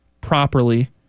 properly